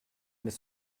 mais